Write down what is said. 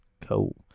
Cool